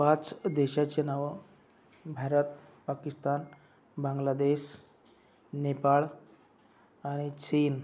पाच देशाची नावे भारत पाकिस्तान बांग्लादेस नेपाळ आणि चीन